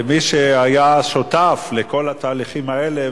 למי שהיה שותף לכל התהליכים האלה.